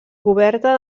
coberta